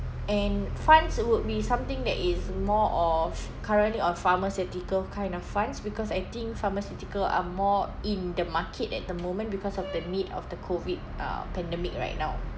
and funds would be something that is more of currently on pharmaceutical kind of funds because I think pharmaceutical are more in the market at the moment because of the need of the COVID uh pandemic right now